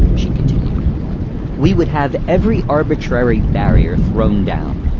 she continued we would have every arbitrary harrier thrown down.